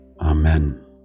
Amen